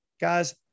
guys